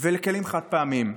ולכלים חד-פעמיים.